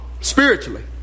spiritually